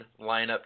lineup